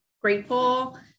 grateful